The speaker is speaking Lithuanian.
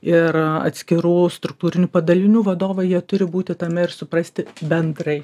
ir atskirų struktūrinių padalinių vadovai jie turi būti tame ir suprasti bendrai